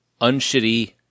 unshitty